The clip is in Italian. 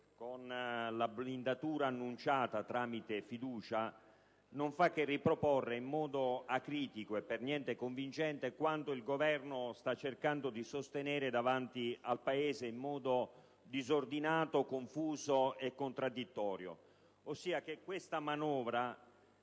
con la blindatura annunciata tramite fiducia, non fa che riproporre in modo acritico e per niente convincente quanto il Governo sta cercando di sostenere davanti al Paese in modo disordinato, confuso e contraddittorio,